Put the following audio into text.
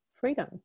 freedom